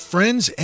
Friends